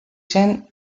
zen